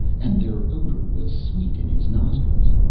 and their odour was sweet in his nostrils,